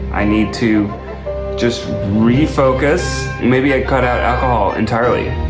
i need to just refocus. maybe i cut out alcohol entirely.